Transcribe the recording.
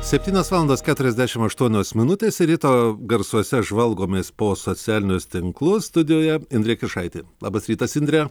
septynios valandos keturiasdešim aštuonios minutės ir ryto garsuose žvalgomės po socialinius tinklus studijoje indrė kiršaitė labas rytas indre